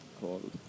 called